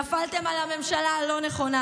נפלתם על הממשלה הלא-נכונה.